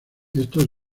estos